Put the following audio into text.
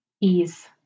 ease